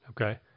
Okay